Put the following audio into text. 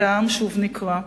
והעם שוב נקרע.